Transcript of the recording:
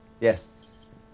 Yes